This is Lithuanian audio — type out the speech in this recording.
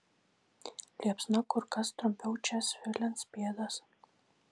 liepsna kur kas trumpiau čia svilins pėdas